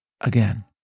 again